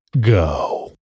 go